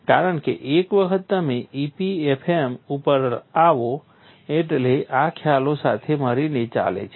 કારણ કે એક વખત તમે EPFM ઉપર આવો એટલે આ ખ્યાલો સાથે મળીને ચાલે છે